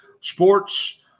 sports